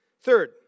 Third